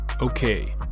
okay